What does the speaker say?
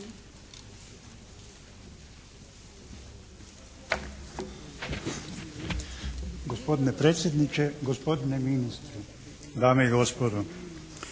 Hvala vam